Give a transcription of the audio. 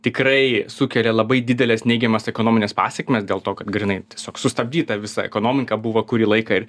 tikrai sukelia labai dideles neigiamas ekonomines pasekmes dėl to kad grynai tiesiog sustabdyta visa ekonomika buvo kurį laiką